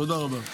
תודה רבה.